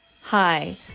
hi